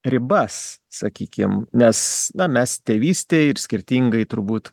ribas sakykim nes mes tėvystėj ir skirtingai turbūt